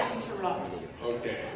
interrupt okay